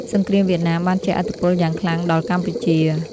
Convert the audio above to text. សង្គ្រាមវៀតណាមបានជះឥទ្ធិពលយ៉ាងខ្លាំងដល់កម្ពុជា។